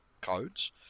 codes